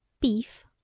beef